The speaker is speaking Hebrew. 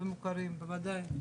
ומוקירים, בוודאי.